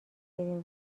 بریم